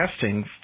testing